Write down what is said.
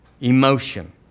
emotion